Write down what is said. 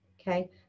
okay